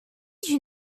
you